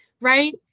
right